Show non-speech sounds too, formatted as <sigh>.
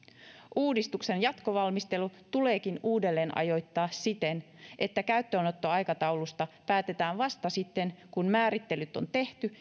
uudistuksen jatkovalmistelu tuleekin uudelleenajoittaa siten että käyttöönottoaikataulusta päätetään vasta sitten kun määrittelyt on tehty <unintelligible>